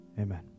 Amen